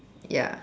ya